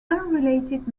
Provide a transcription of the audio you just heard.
unrelated